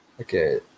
okay